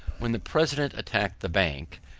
when the president attacked the bank,